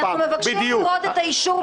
אנחנו מבקשים לראות את האישור בכתב.